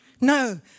No